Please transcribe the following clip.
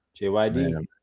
JYD